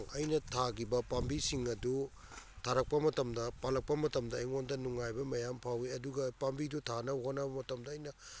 ꯑꯩꯅ ꯊꯥꯈꯤꯕ ꯄꯥꯝꯕꯤ ꯁꯤꯡ ꯑꯗꯨ ꯊꯥꯔꯛꯄ ꯃꯇꯝꯗ ꯄꯥꯜꯂꯛꯄ ꯃꯇꯝꯗ ꯑꯩꯉꯣꯟꯗ ꯅꯨꯡꯉꯥꯏꯕ ꯃꯌꯥꯝ ꯐꯥꯎꯏ ꯑꯗꯨꯒ ꯄꯥꯝꯕꯤꯗꯨ ꯊꯥꯅꯕ ꯍꯣꯠꯅꯕ ꯃꯇꯝꯗ ꯑꯩꯅ